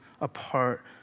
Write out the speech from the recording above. apart